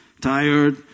tired